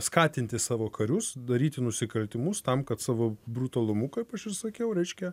skatinti savo karius daryti nusikaltimus tam kad savo brutalumu kaip aš ir sakiau reiškia